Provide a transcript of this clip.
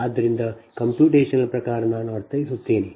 ಆದ್ದರಿಂದ ಕಂಪ್ಯೂಟೇಶನಲ್ ಪ್ರಕಾರ ನಾನು ಅರ್ಥೈಸುತ್ತೇನೆ